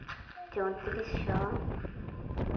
ᱪᱳᱭᱛᱨᱤᱥ ᱥᱚ